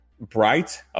bright